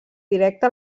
directe